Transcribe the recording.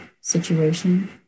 situation